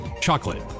chocolate